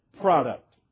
product